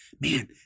man